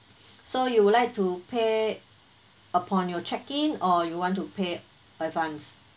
so you would like to pay upon your check in or you want to pay advance